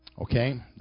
Okay